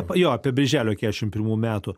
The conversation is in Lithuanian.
jo apie birželio trisdešimt pirmų metų